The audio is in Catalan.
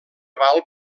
val